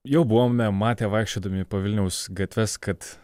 jau buvome matę vaikščiodami po vilniaus gatves kad